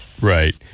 Right